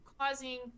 causing